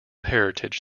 heritage